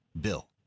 bill